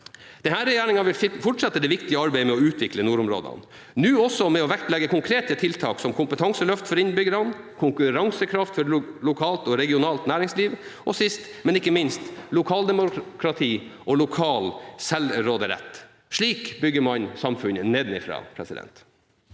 Denne regjeringen vil fortsette det viktige arbeidet med å utvikle nordområdene – nå også ved å vektlegge konkrete tiltak som kompetanseløft for innbyggerne, konkurransekraft for lokalt og regionalt næringsliv og sist, men ikke minst lokaldemokrati og lokal selvråderett. Slik bygger man samfunnet nedenfra. Anniken